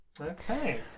Okay